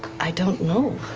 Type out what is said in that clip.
i don't know.